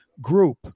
group